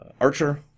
Archer